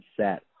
set